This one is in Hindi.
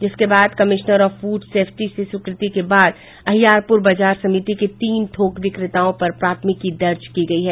जिसके बाद कमिश्नर ऑफ फूड सेफ्टी से स्वीकृति के बाद अहियापुर बाजार समिति के तीन थोक विक्रेताओं पर प्राथमिकी दर्ज करायी गयी है